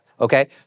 okay